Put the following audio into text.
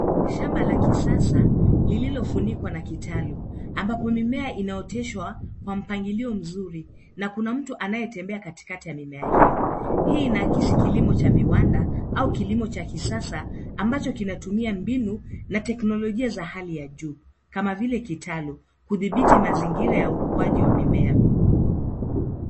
Shamba la kisasa lililofunikwa na kitalu ambapo mimea inaoteshwa kwa mpangilio mzuri na kuna mtu anayetembea katikati ya mimea hiyo. Hii inaakisi kilimo cha viwanda au kilimo cha kisasa ambacho kinatumia mbinu na teknolojia za hali ya juu ,kama vile kitalu hudhibiti mazingira ya ukuaji wa mimea.